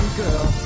girl